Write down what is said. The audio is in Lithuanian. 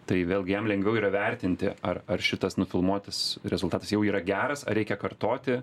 tai vėlgi jam lengviau yra vertinti ar ar šitas nufilmuotas rezultatas jau yra geras ar reikia kartoti